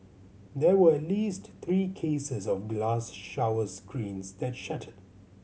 there were at least three cases of glass shower screens that shattered